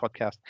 podcast